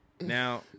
Now